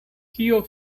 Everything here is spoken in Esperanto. kio